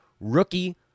rookie